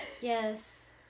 Yes